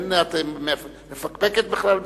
את מפקפקת בכלל בזה?